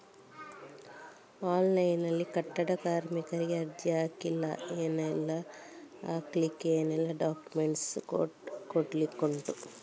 Online ನಲ್ಲಿ ಕಟ್ಟಡ ಕಾರ್ಮಿಕರಿಗೆ ಅರ್ಜಿ ಹಾಕ್ಲಿಕ್ಕೆ ಏನೆಲ್ಲಾ ಡಾಕ್ಯುಮೆಂಟ್ಸ್ ಕೊಡ್ಲಿಕುಂಟು?